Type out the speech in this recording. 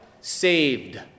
saved